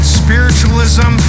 spiritualism